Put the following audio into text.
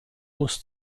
muss